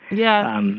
yeah, um